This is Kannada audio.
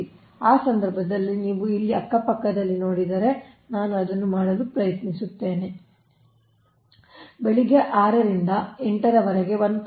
ಆದ್ದರಿಂದ ಆ ಸಂದರ್ಭದಲ್ಲಿ ನೀವು ಇಲ್ಲಿ ಅಕ್ಕಪಕ್ಕದಲ್ಲಿ ನೋಡಿದರೆ ನಾನು ಹಾಕಲು ಪ್ರಯತ್ನಿಸುತ್ತಿದ್ದೇನೆ ಆದ್ದರಿಂದ ಬೆಳಿಗ್ಗೆ 6 ರಿಂದ 8 ರವರೆಗೆ 1